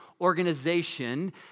organization